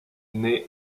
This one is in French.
naît